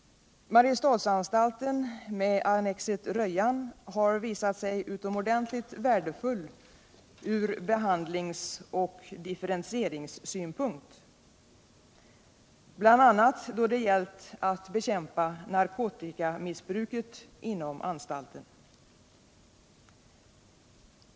Mariestadsanstalten med annexet Rödjan har visat sig utomordentligt värdefull från behandlingsoch differentieringssynpunkt, bl.a. då det gällt att bekämpa narkotikamissbruket inom anstalten.